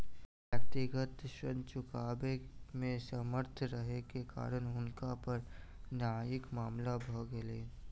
व्यक्तिगत ऋण चुकबै मे असमर्थ रहै के कारण हुनका पर न्यायिक मामला भ गेलैन